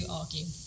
argue